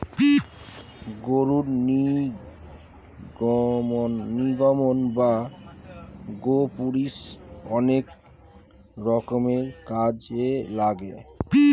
গরুর নির্গমন বা গোপুরীষ অনেক রকম কাজে লাগে